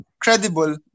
credible